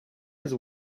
his